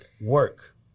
work